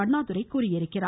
அண்ணாதுரை தெரிவித்துள்ளார்